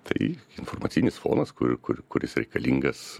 tai informacinis fonas kur kur kuris reikalingas